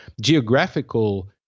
geographical